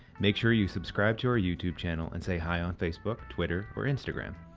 make sure you subscribe to our youtube channel and say hi on facebook, twitter or instagram.